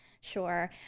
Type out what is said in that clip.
sure